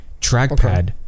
trackpad